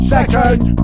Second